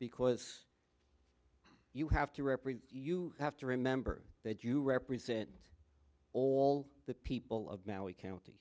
because you have to represent you have to remember that you represent all the people of now we can't be